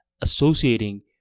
associating